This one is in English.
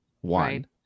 One